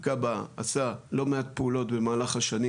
כב"ה עשה לא מעט פעולות במהלך השנים,